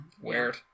weird